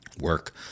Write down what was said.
work